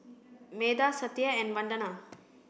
Medha Satya and Vandana